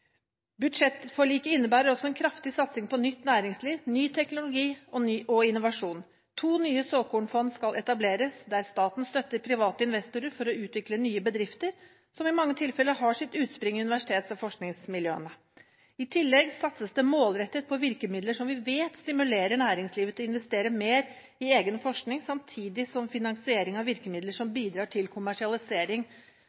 Budsjettforliket innebærer også en kraftig satsing på nytt næringsliv, ny teknologi og innovasjon. To nye såkornfond skal etableres, der staten støtter private investorer for å utvikle nye bedrifter som i mange tilfeller har sitt utspring i universitets- og forskningsmiljøene. I tillegg satses det målrettet på virkemidler som vi vet stimulerer næringslivet til å investere mer i egen forskning, samtidig som finansieringen av virkemidler som